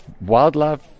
wildlife